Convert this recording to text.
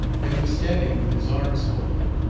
and was standing with his arms folded,